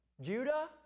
Judah